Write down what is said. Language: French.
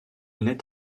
n’est